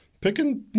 Picking